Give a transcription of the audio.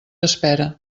espera